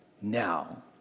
now